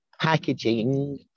packaging